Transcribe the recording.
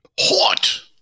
hot